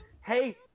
Hey